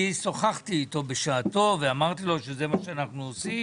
בשעתו אני שוחחתי איתו ואמרתי לו שזה מה שאנחנו עושים